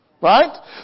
Right